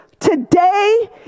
Today